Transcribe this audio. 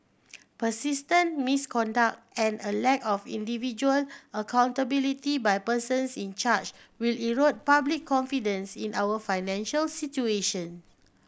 persistent misconduct and a lack of individual accountability by persons in charge will erode public confidence in our financial situation